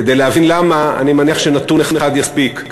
כדי להבין למה, אני מניח שנתון אחד יספיק: